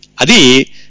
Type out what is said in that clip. Adi